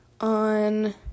on